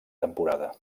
temporada